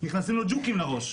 נכנסים לו ג'וקים לראש,